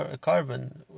carbon